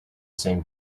same